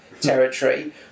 territory